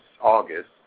August